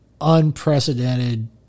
unprecedented